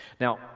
Now